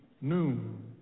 noon